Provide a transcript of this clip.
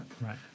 Right